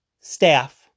staff